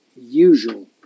usual